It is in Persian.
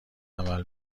عمل